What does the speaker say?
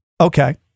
Okay